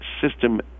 system